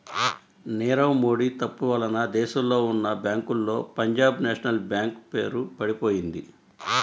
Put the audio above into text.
నీరవ్ మోడీ తప్పు వలన దేశంలో ఉన్నా బ్యేంకుల్లో పంజాబ్ నేషనల్ బ్యేంకు పేరు పడిపొయింది